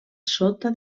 sota